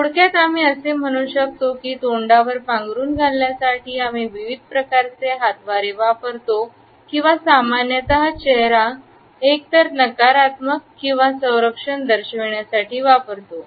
थोडक्यात आम्ही असे म्हणू शकतो की तोंडावर पांघरूण घालण्यासाठी आम्ही विविध प्रकारचे हातवारे वापरतो किंवा सामान्यत चेहरा एकतर नकारात्मकता किंवा संरक्षण दर्शविण्यासाठी वापरतो